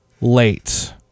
late